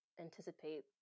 anticipate